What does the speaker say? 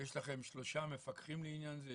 יש לכם שלושה מפקחים לעניין זה?